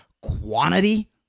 quantity